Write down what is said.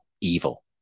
evil